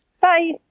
Bye